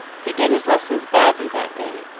he did his lessons badly that day,